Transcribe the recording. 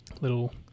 little